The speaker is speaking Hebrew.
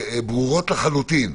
ברורות לחלוטין.